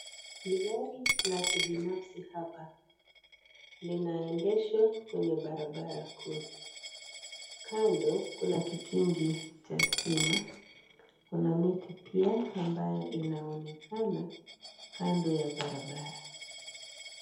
Ni gari la kibinafsi hapa linaendeshwa kwenye barabara kuu, kando kuna kikingi cha stima. Kuna miti pia ambayo inaonekana kando ya barabara.